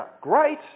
Great